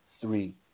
Three